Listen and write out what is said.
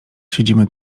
siedzimy